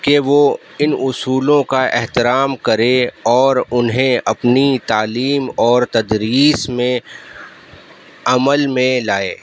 کہ وہ ان اصولوں کا احترام کرے اور انہیں اپنی تعلیم اور تدریس میں عمل میں لائے